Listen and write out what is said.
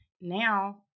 Now